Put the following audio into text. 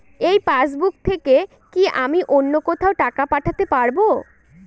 এই পাসবুক থেকে কি আমি অন্য কোথাও টাকা পাঠাতে পারব?